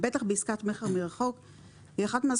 בטח בעסקת מכר מרחוק,